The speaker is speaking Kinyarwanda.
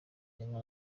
gihanwa